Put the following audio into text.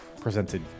presented